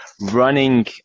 running